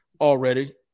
already